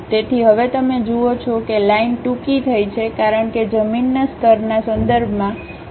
તેથી હવે તમે જુઓ છો કે લાઈન ટૂંકી થઈ છે કારણ કે જમીનના સ્તરના સંદર્ભમાં ઉભી હાઈટ 50 મિલીમીટર છે